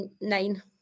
nine